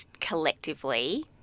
collectively